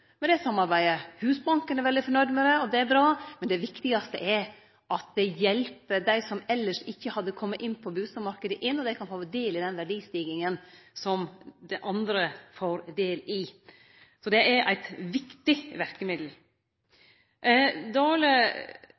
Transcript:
det samarbeidet. Husbanken er veldig fornøgd med det. Det er bra, men det viktigaste er at det hjelper dei som elles ikkje hadde kome inn på bustadmarknaden, slik at dei då kan få ta del i den verdistiginga som andre får del i. Så det er eit viktig verkemiddel. Dale